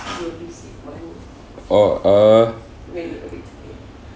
orh uh